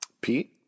Pete